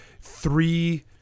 three